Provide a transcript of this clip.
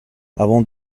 avant